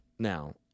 Now